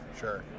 Sure